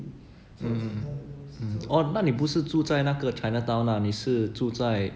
mm mm mm oh 那你不是住在那个 chinatown lah 你是住在